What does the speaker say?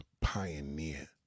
pioneer